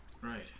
Right